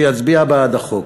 שיצביע בעד החוק.